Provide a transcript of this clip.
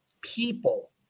People